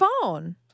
phone